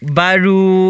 baru